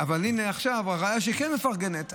עכשיו הראיה שהיא כן מפרגנת,